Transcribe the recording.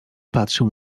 patrzył